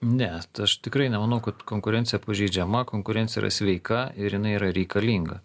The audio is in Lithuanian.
ne aš tikrai nemanau kad konkurencija pažeidžiama konkurencija yra sveika ir jinai yra reikalinga